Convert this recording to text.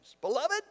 Beloved